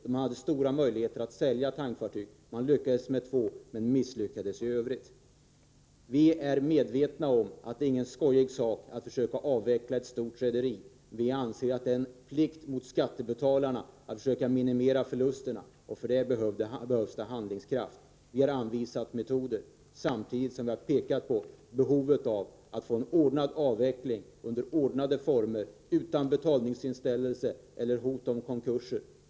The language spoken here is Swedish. Det fanns då stora möjligheter att sälja tankfartyg. Man lyckades med två men misslyckades i övrigt. Vi är medvetna om att det inte är någon skojig sak att avveckla ett stort rederi, men vi anser att det är en plikt mot skattebetalarna att försöka minimera förlusterna, och för detta behövs det handlingskraft. Vi har anvisat metoder, samtidigt som vi har påpekat behovet av att få en avveckling under ordnade former, utan betalningsinställelser eller hot om konkurs.